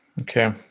okay